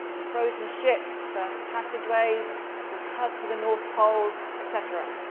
for frozen ships, for passageways, for the hunt for the north pole, et cetera.